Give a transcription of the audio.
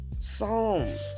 Psalms